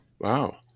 Wow